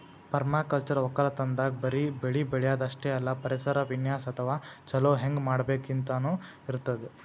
permaculture ವಕ್ಕಲತನ್ದಾಗ್ ಬರಿ ಬೆಳಿ ಬೆಳ್ಯಾದ್ ಅಷ್ಟೇ ಅಲ್ಲ ಪರಿಸರ ವಿನ್ಯಾಸ್ ಅಥವಾ ಛಲೋ ಹೆಂಗ್ ಮಾಡ್ಬೇಕ್ ಅಂತನೂ ಇರ್ತದ್